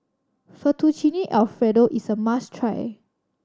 Fettuccine Alfredo is a must try